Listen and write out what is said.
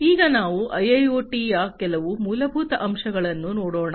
ಈಗ ನಾವು ಐಐಓಟಿ ಯ ಕೆಲವು ಮೂಲಭೂತ ಅಂಶಗಳನ್ನು ನೋಡೋಣ